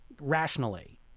rationally